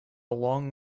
long